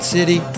City